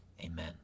Amen